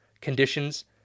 conditions